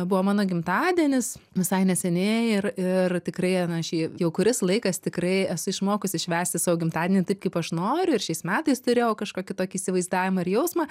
buvo mano gimtadienis visai neseniai ir ir tikrai na aš jį jau kuris laikas tikrai esu išmokusi švęsti savo gimtadienį taip kaip aš noriu ir šiais metais turėjau kažkokį tokį įsivaizdavimą ir jausmą